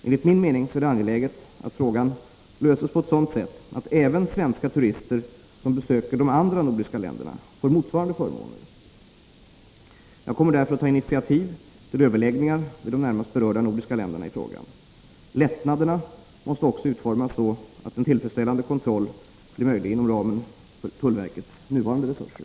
Enligt min mening är det angeläget 75 att frågan löses på ett sådant sätt att även svenska turister som besöker de andra nordiska länderna får motsvarande förmåner. Jag kommer därför att ta initiativ till överläggningar med de närmast berörda nordiska länderna i frågan. Lättnaderna måste också utformas så att en tillfredsställande kontroll blir möjlig inom ramen för tullverkets nuvarande resurser.